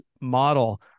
model